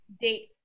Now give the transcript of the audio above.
date